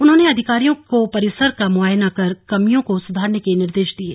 उन्होंने अधिकारियों को परिसर का मुआयना कर कमियों को सुधारने के निर्देश दिये